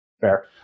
Fair